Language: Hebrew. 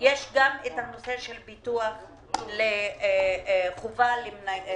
יש את הנושא של ביטוח חובה למוניות.